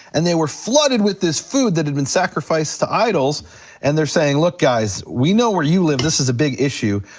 and they were flooded with this food that had been sacrificed to idols and they're saying look, guys, we know where you live this is a big issue,